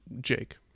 Jake